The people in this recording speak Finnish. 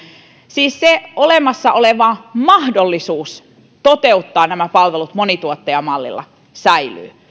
siis se olemassa oleva mahdollisuus toteuttaa nämä palvelut monituottajamallilla säilyy